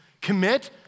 Commit